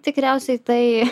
tikriausiai tai